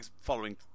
following